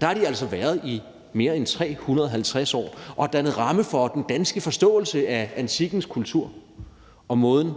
der har de altså været i omkring 350 år og dannet ramme for den danske forståelse af antikkens kultur og for den måde,